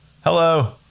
Hello